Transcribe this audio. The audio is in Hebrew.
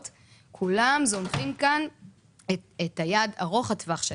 כולם זונחים את היעד ארוך הטווח שלנו,